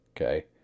Okay